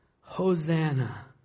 Hosanna